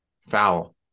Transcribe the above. foul